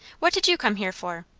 what did you come here for?